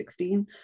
2016